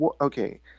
okay